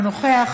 אינו נוכח,